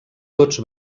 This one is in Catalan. tots